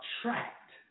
attract